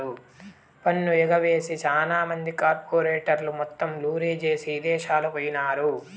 పన్ను ఎగవేసి సాన మంది కార్పెరేట్లు మొత్తం లూరీ జేసీ ఇదేశాలకు పోయినారు